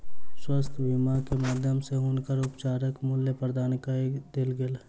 स्वास्थ्य बीमा के माध्यम सॅ हुनकर उपचारक मूल्य प्रदान कय देल गेल